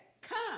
come